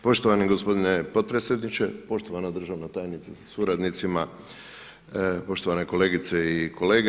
Poštovani gospodine potpredsjedniče, poštovana državna tajnice sa suradnicima, poštovane kolegice i kolege.